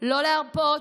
לא להרפות,